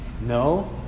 No